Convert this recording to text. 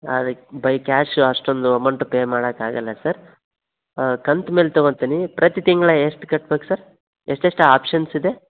ಅದಕ್ಕೆ by cash ಅಷ್ಟೊಂದು amount pay ಮಾಡಕೆ ಆಗಲ್ಲ ಸರ್ ಕಂತು ಮೇಲೆ ತಗೊತಿನಿ ಪ್ರತಿ ತಿಂಗ್ಳು ಎಷ್ಟು ಕಟ್ಬೇಕು ಸರ್ ಎಷ್ಟು ಎಷ್ಟು ಆಪ್ಷನ್ಸ್ ಇದೆ